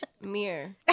mirror